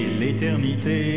l'éternité